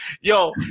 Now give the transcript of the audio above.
Yo